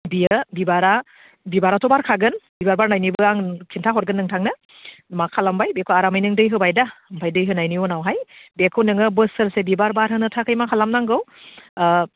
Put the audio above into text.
बेयो बिबारा बिबाराथ' बारखागोन बिबार बारनायनिबो आं खिन्थाहरगोन नोंथांनो मा खालामबाय बेखौ आरामै नों दै होबाय दा ओमफ्राय दै होनायनि उनावहाय बेखौ नोङो बोसोरसे बिबार बारहोनो थाखाय मा खालामनांगौ